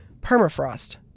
permafrost